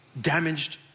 damaged